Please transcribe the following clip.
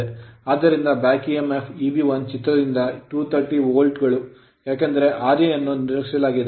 ಆದ್ದರಿಂದ Back emf back emf Eb1 ಚಿತ್ರದಿಂದ 230 volt ಗಳು ಏಕೆಂದರೆ ra ಅನ್ನು ನಿರ್ಲಕ್ಷಿಸಲಾಗಿದೆ